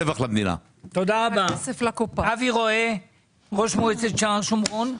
אבי רואה, ראש מועצת שער שומרון.